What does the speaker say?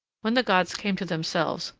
when the gods came to themselves,